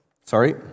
sorry